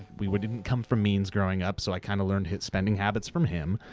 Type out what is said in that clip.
we we didn't come from means growing up. so, i kind of learned his spending habits from him.